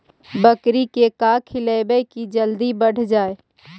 बकरी के का खिलैबै कि जल्दी बढ़ जाए?